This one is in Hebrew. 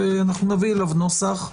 אנחנו נביא נוסח,